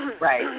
right